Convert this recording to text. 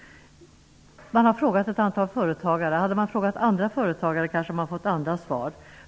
Man har frågat ett antal företagare. Hade man frågat andra företagare kanske man hade fått andra svar.